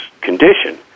condition